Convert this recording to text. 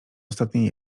ostatniej